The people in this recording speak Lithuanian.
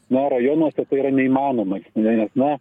na rajonuose tai yra neįmanoma nes na